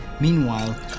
Meanwhile